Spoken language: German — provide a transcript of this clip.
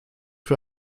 für